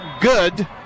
good